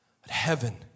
heaven